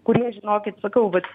kurie žinokit sakau vat